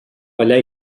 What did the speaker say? ballar